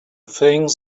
things